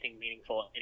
meaningful